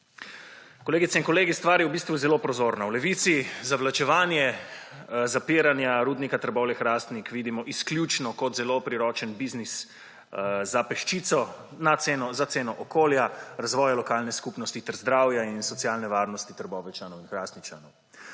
Kolegice in kolegi, stvar je v bistvu zelo prozorna. V Levici zavlačevanje zapiranja Rudnika Trbovlje-Hrastnik vidimo izključno kot zelo priročen biznis za peščico za ceno okolja, razvoja lokalne skupnosti ter zdravja in socialne varnosti Trboveljčanov